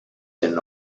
and